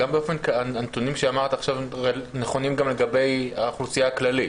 הנתונים שאמרת עכשיו הם נכונים גם לגבי האוכלוסייה הכללית